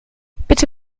bitte